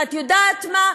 ואת יודעת מה?